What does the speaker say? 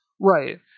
Right